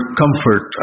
comfort